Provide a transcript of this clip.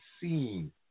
seen